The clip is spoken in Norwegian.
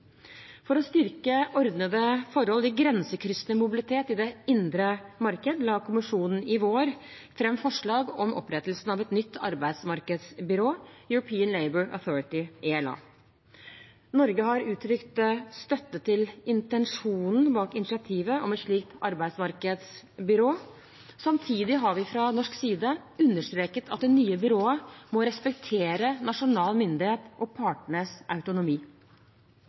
For å styrke ordnede forhold i grensekryssende mobilitet i det indre marked la kommisjonen i vår fram et forslag om opprettelse av et nytt arbeidsmarkedsbyrå, European Labour Authority, ELA. Norge har uttrykt støtte til intensjonene bak initiativet til et slikt arbeidsmarkedsbyrå. Samtidig har vi fra norsk side understreket at det nye byrået må respektere nasjonal myndighet og partenes autonomi.